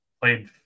Played